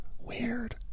Weird